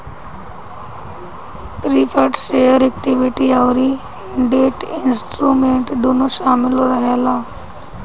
preferred share equity अउरी debt instrument दूनो शामिल रहेला